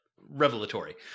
revelatory